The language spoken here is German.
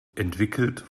entwickelt